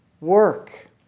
work